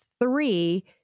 three